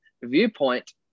viewpoint